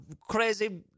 crazy